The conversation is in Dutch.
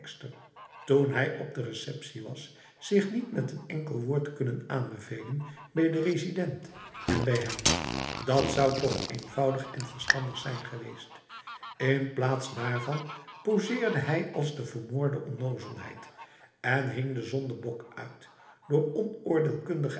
toen hij op de receptie was zich niet met n enkel woord kunnen aanbevelen bij de resident en bij hem dat zou toch eenvoudig en verstandig zijn geweest in plaats daarvan poseerde hij als de vermoorde onnozelheid en hing de zondebok uit door